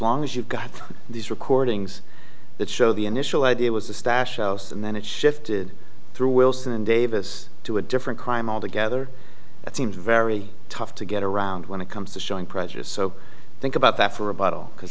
long as you've got these recordings that show the initial idea was a stash house and then it shifted through wilson and davis to a different crime altogether that seems very tough to get around when it comes to showing prejudice so think about that for a bottle because